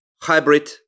hybrid